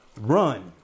run